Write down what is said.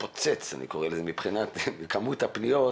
להתפוצץ מבחינת כמות הפניות,